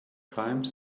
time